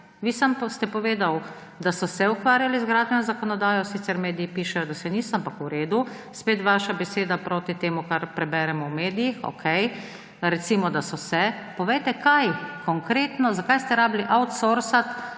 Vi ste samo povedali, da so se ukvarjali z gradbeno zakonodajo, sicer mediji pišejo, da se niso, ampak v redu. Spet vaša beseda proti temu, kar preberemo v medijih, okej. Recimo, da so se. Povejte, kaj konkretno, zakaj ste rabili outsourcati